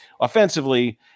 offensively